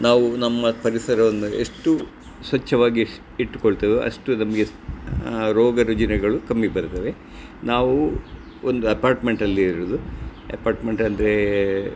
ನಾವು ನಮ್ಮ ಪರಿಸರವನ್ನು ಎಷ್ಟು ಸ್ವಚ್ಛವಾಗಿ ಎಷ್ಟು ಇಟ್ಟುಕೊಳ್ತೇವೋ ಅಷ್ಟು ನಮಗೆ ರೋಗ ರುಜಿನಗಳು ಕಮ್ಮಿ ಬರ್ತವೆ ನಾವು ಒಂದು ಅಪಾರ್ಟ್ಮೆಂಟಲ್ಲಿ ಇರುವುದು ಅಪಾರ್ಟ್ಮೆಂಟ್ ಅಂದರೆ